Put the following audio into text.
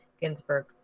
Ginsburg